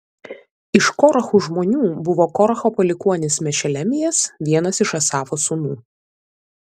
iš korachų žmonių buvo koracho palikuonis mešelemijas vienas iš asafo sūnų